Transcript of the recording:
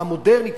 המודרנית,